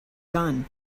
gun